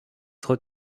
trop